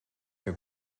que